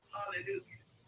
Hallelujah